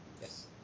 Yes